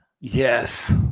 yes